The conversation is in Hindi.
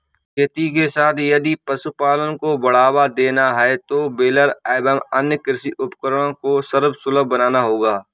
खेती के साथ यदि पशुपालन को बढ़ावा देना है तो बेलर एवं अन्य कृषि उपकरण को सर्वसुलभ बनाना होगा